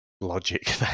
logic